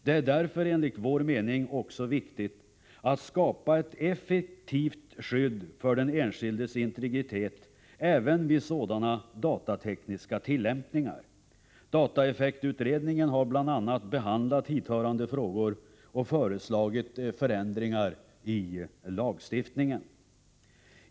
Det är därför, enligt vår mening, viktigt att skapa ett effektivt skydd för den enskildes integritet även vid sådana datatekniska tillämpningar. Dataeffektutredningen har bl.a. behandlat hithörande frågor och föreslagit förändringar i lagstiftningen.